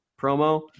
promo